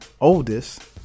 oldest